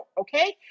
okay